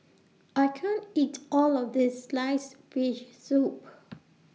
I can't eat All of This Sliced Fish Soup